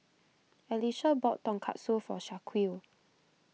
Alicia bought Tonkatsu for Shaquille